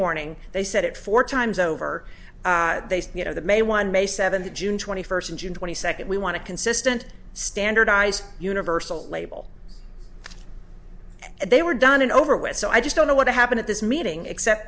warning they said it four times over they say you know that may one may seventh june twenty first and june twenty second we want to consistent standardized universal label and they were done and over with so i just don't know what happened at this meeting except